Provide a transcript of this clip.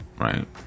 Right